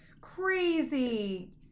crazy